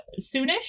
soonish